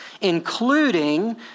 including